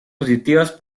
positivas